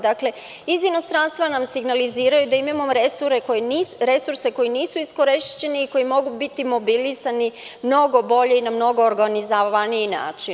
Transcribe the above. Dakle, iz inostranstva nam signaliziraju da imamo resurse koji nisu iskorišćeni i koji mogu biti mobilisani mnogo bolje i na mnogo organizovaniji način.